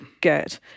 get